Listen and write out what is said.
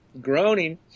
groaning